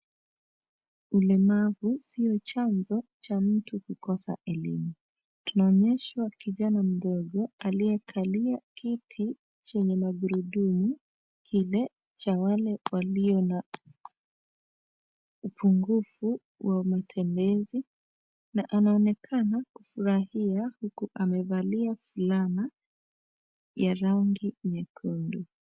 Ulemavu sio chanzo cha mtu kukosa elimu. Tunaonyeshwa kijana mdogo aliyekalia kiti chenye magurudumu kile cha wale walio na upungufu wa matembezi na anaonekana kufurahia huku amevalia fulana ya rangi nyekundu.